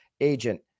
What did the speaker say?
agent